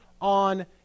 on